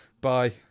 bye